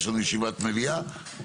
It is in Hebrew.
יש לנו ישיבת מליאה.